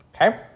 Okay